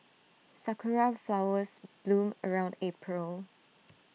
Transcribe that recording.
Sakura Flowers bloom around April